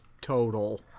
total